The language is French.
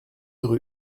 rue